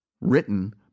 Written